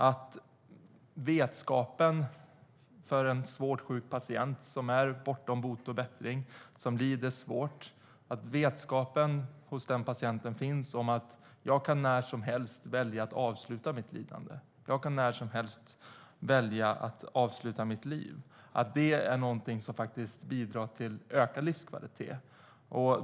Att en svårt sjuk patient som är bortom bot och bättring och som lider svårt har vetskap om att han eller hon när som helst kan välja att avsluta sitt lidande och att avsluta sitt liv är någonting som faktiskt bidrar till ökad livskvalitet.